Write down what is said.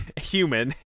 Human